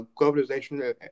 globalization